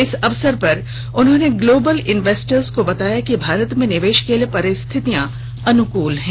इस अवसर पर उन्होंने ग्लोब्ल इंनवेंटर्स को बताया कि भारत में निवेश के लिए परिस्थितियां अनुकल हैं